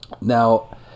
Now